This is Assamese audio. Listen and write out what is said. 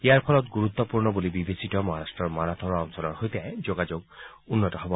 ইয়াৰ ফলত গুৰুত্পূৰ্ণ বুলি বিবেচিত মহাৰট্টৰ মাৰাথৱাড়া অঞ্চলৰ সৈতে যোগাযোগ উন্নীত হ'ব